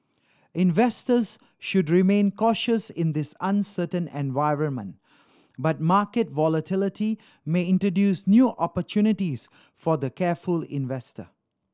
investors should remain cautious in this uncertain environment but market volatility may introduce new opportunities for the careful investor